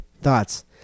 Thoughts